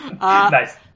Nice